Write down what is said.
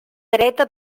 dreta